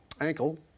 ankle